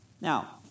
Now